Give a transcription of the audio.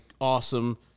awesome